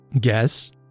Guess